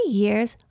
years